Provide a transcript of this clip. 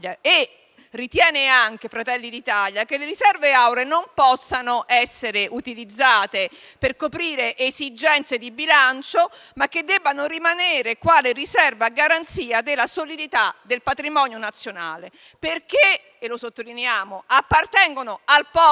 Ritiene anche Fratelli d'Italia che le riserve auree non possano essere utilizzate per coprire esigenze di bilancio, ma che debbano rimanere quale riserva a garanzia della solidità del patrimonio nazionale. Sottolineiamo, infatti, che esse appartengono al popolo